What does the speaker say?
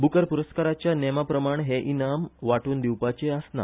बुकर पुरस्काराच्या नेमाप्रमाण हे इनाम वाटून दिवपाचे आसना